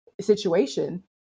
situation